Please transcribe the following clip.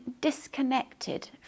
disconnected